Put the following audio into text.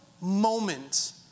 moment